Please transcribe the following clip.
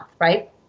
right